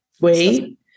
Wait